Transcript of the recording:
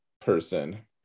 person